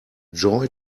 joy